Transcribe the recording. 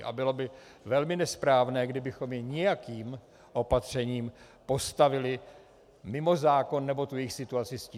A bylo by velmi nesprávné, kdybychom je nějakým opatřením postavili mimo zákon nebo jejich situaci ztížili.